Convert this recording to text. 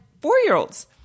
four-year-olds